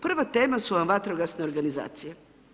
Prva tema su vam vatrogasne organizacije.